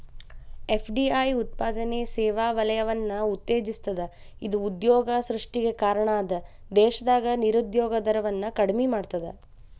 FDI ಉತ್ಪಾದನೆ ಸೇವಾ ವಲಯವನ್ನ ಉತ್ತೇಜಿಸ್ತದ ಇದ ಉದ್ಯೋಗ ಸೃಷ್ಟಿಗೆ ಕಾರಣ ಅದ ದೇಶದಾಗ ನಿರುದ್ಯೋಗ ದರವನ್ನ ಕಡಿಮಿ ಮಾಡ್ತದ